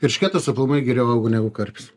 eršketas aplamai geriau auga negu karpis